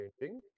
changing